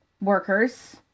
workers